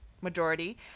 majority